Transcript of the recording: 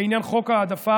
לעניין חוק העדפה,